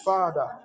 Father